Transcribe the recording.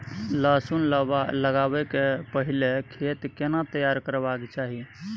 लहसुन लगाबै के पहिले खेत केना तैयार करबा के चाही?